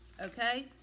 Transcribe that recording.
okay